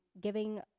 giving